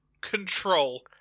Control